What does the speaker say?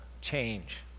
change